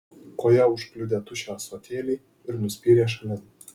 koja užkliudė tuščią ąsotėlį ir nuspyrė šalin